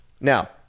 Now